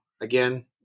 Again